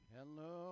Hello